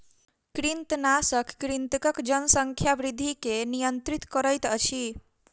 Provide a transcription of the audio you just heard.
कृंतकनाशक कृंतकक जनसंख्या वृद्धि के नियंत्रित करैत अछि